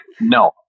no